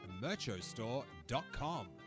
merchostore.com